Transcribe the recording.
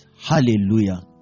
Hallelujah